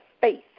faith